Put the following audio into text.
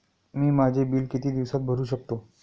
मी माझे बिल किती दिवसांत भरू शकतो?